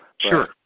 Sure